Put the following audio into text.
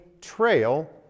trail